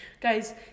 Guys